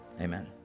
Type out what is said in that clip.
Amen